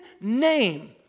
name